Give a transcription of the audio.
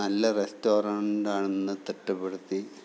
നല്ല റെസ്റ്റോറൻറ്റാണെന്ന് തിട്ടപ്പെടുത്തി